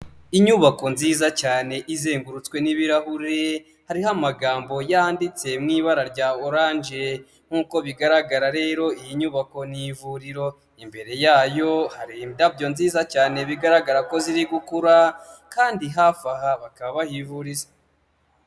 Inyubako nziza cyane izengurutswe n'ibirahure, hariho amagambo yanditse mu ibara rya oranje, nkuko bigaragara rero iyi nyubako ni ivuriro, imbere yayo hari indabyo nziza cyane, bigaragara ko ziri gukura, kandi hafi aha bakaba bahivuriza.